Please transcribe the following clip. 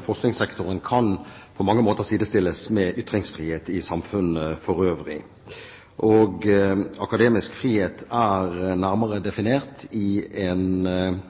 forskningssektoren kan på mange måter sidestilles med ytringsfrihet i samfunnet for øvrig. Akademisk frihet er nærmere definert i en